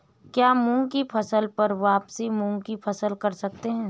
क्या मूंग की फसल पर वापिस मूंग की फसल कर सकते हैं?